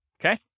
okay